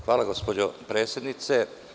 Hvala, gospođo predsednice.